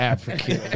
African